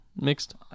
mixed